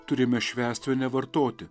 turime švęsti o ne vartoti